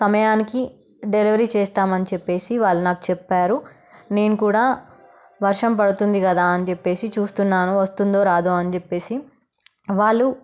సమయానికి డెలివరీ చేస్తామని చెప్పి వాళ్ళు నాకు చెప్పారు నేను కూడా వర్షం పడుతుంది కదా అని చెప్పి చూస్తున్నాను వస్తుందో రాదో అని చెప్పి వాళ్ళు